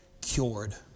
cured